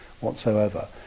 whatsoever